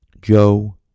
Joe